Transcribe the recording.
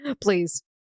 please